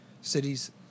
cities